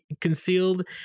concealed